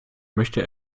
möchte